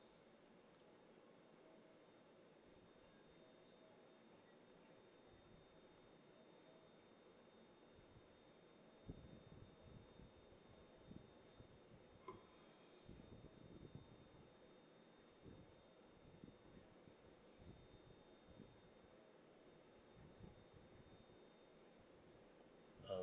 uh